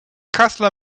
kassler